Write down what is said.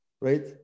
right